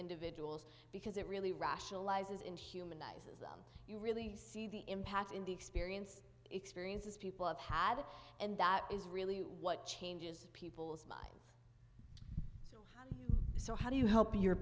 individuals because it really rationalizes in humanizes them you really see the impact in the experience experiences people have had and that is really what changes people's minds so how do you help your